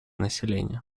населения